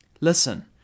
Listen